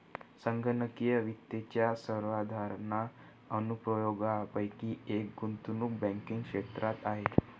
संगणकीय वित्ताच्या सर्वसाधारण अनुप्रयोगांपैकी एक गुंतवणूक बँकिंग क्षेत्रात आहे